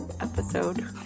episode